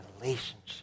relationship